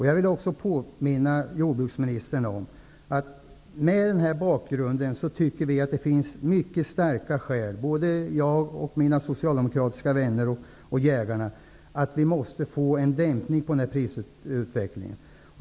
Jag vill påminna jordbruksministern om att sett mot denna bakgrund tycker jag och mina socialdemokratiska vänner och jägarna att det finns mycket starka skäl för en vändning på den här prisutvecklingen.